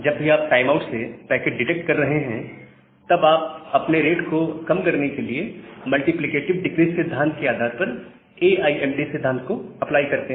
जब भी आप टाइम आउट से पैकेट लॉस डिटेक्ट कर रहे हैं तब आप अपने रेट को कम करने के लिए मल्टीप्लिकेटिव डिक्रीज सिद्धांत के आधार पर ए आई एम डी सिद्धांत को अप्लाई करते हैं